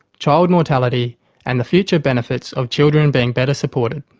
child mortality and the future benefits of children being better supported.